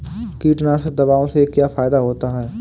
कीटनाशक दवाओं से क्या फायदा होता है?